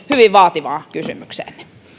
hyvin vaativaan kysymykseenne